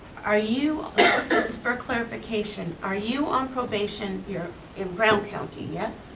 are you, just for clarification, are you on probation, you're in brown county, yes?